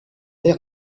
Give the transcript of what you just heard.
della